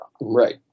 Right